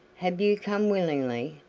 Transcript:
have you come willingly?